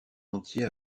entier